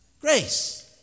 Grace